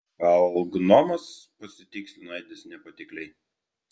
gal gnomas pasitikslino edis nepatikliai